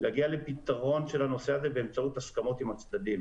להגיע לפתרון של הנושא הזה באמצעות הסכמות עם הצדדים